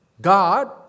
God